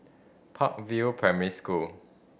Park View Primary School